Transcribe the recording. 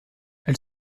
elle